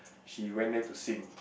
she went there to sing